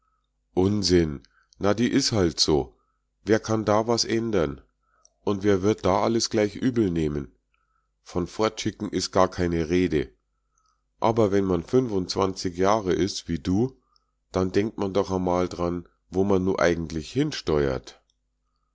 unsinn na die is halt so wer kann da was ändern und wer wird da alles gleich übelnehmen von fortschicken is gar keine rede aber wenn man fünfundzwanzig jahre is wie du da denkt man doch amal dran wo man nu eigentlich hinsteuert